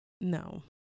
No